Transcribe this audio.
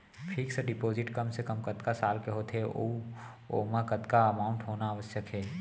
Fix deposit कम से कम कतका साल के होथे ऊ ओमा कतका अमाउंट होना आवश्यक हे?